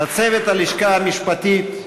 לצוות הלשכה המשפטית,